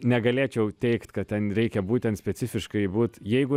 negalėčiau teigt kad ten reikia būt ten specifiškai būt jeigu